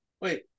Wait